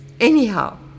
Anyhow